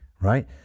right